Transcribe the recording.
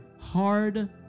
hard